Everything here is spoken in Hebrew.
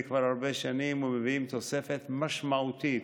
כבר הרבה שנים ומביאים תוספת משמעותית,